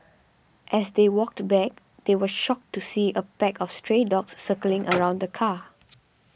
as they walked back they were shocked to see a pack of stray dogs circling around the car